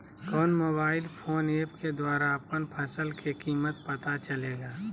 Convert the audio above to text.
कौन mobile phone app के द्वारा अपन फसल के कीमत पता चलेगा?